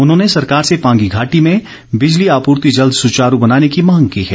उन्होंने सरकार से पांगी घाटी में बिजली आपूर्ति जल्द सुचारू बनाने की मांग की है